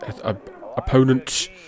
opponents